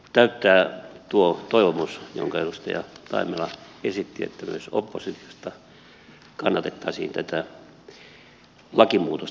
täytyy täyttää tuo toivomus jonka edustaja taimela esitti että myös oppositiosta kannatettaisiin tätä lakimuutosta